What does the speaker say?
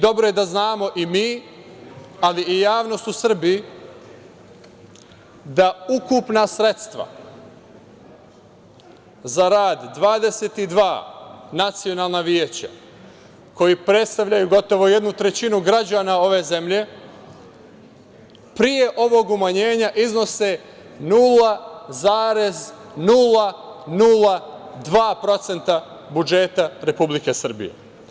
Dobro je da znamo i mi, ali i javnost u Srbiji, da ukupna sredstva za rad 22 nacionalna veća koji predstavljaju gotovo jednu trećinu građana ove zemlje pre ovog umanjenja iznose 0,002% budžeta Republike Srbije.